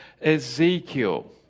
Ezekiel